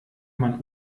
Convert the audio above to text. man